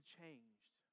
changed